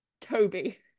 Toby